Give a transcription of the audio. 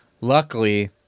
Luckily